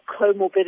comorbidity